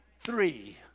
three